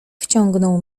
wciągnął